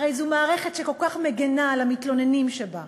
הרי זו מערכת שכל כך מגינה על המתלוננים שבה,